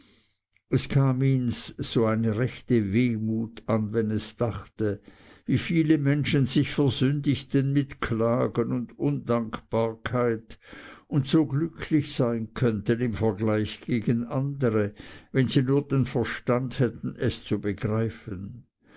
es kam ihns so eine rechte wehmut an wenn es dachte wie viele menschen sich versündigten mit klagen und undankbarkeit und so glücklich sein könnten im vergleich gegen andere wenn sie nur den verstand hätten es zu begreifen